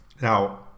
Now